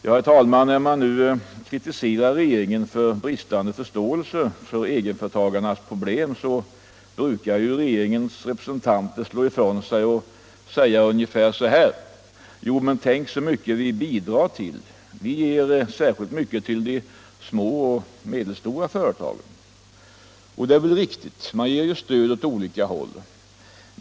Herr talman! När man kritiserar regeringen för dess bristande förståelse för egenföretagarnas problem brukar regeringens representanter slå ifrån sig och säga ungefär så här: Men tänk så mycket pengar vi ger i bidrag, vi ger särskilt mycket bidrag till de små och medelstora företagen. Det är riktigt: Regeringen ger stöd åt olika håll.